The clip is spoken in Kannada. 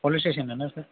ಪೋಲಿಸ್ ಸ್ಟೇಷನ್ ಏನು ಸರ್